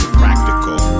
practical